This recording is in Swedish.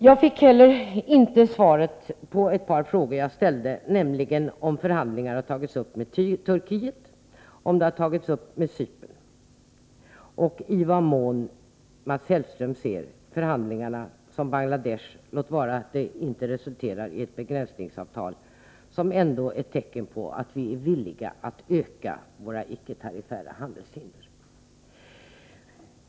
Jag fick inte heller svar på ett par andra frågor jag ställde, nämligen om förhandlingar har tagits upp med Turkiet och Cypern och i vad mån Mats Hellström ser förhandlingarna med Bangladesh, låt vara att de inte resulterat i ett begränsningsavtal, som ett tecken på att vi är villiga att öka våra icke tariffära handelshinder.